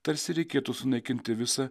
tarsi reikėtų sunaikinti visa